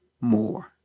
more